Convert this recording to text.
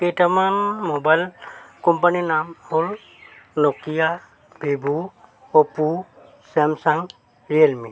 কেইটামান মোবাইল কোম্পানীৰ নাম হ'ল Nokia Vivo Oppo Samsung Realme